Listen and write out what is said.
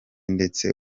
ndetse